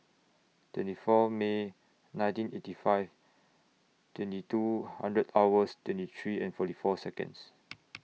twenty four May nineteen eighty five twenty two hundred hours twenty three and forty four Seconds